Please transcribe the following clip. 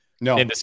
No